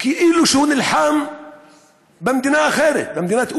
וכאילו הוא נלחם במדינה אחרת, במדינת אויב,